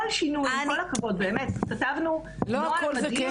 כל שינוי, עם כל הכבוד - כתבנו נוהל מדהים